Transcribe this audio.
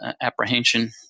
apprehension